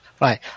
Right